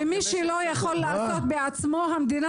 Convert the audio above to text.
ולגבי מי שלא יכול לעשות בעצמו המדינה